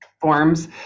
forms